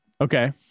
Okay